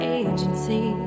agency